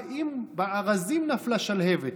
אם בארזים נפלה שלהבת,